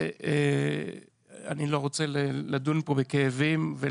אני לא רוצה לדון כאן בכאבים.